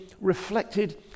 reflected